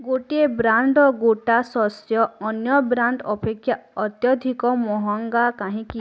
ଗୋଟିଏ ବ୍ରାଣ୍ଡ୍ର ଗୋଟା ଶସ୍ୟ ଅନ୍ୟ ବ୍ରାଣ୍ଡ୍ ଅପେକ୍ଷା ଅତ୍ୟଧିକ ମହଙ୍ଗା କାହିଁକି